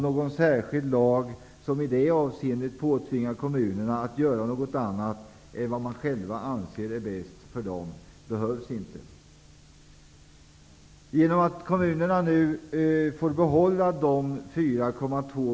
Någon särskild lag, som i det avseendet påtvingar kommunerna att göra något annat än det de anser vara bäst för dem själva, behövs inte.